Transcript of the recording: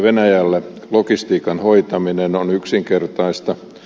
venäjällä logistiikan hoitaminen on yksinkertaista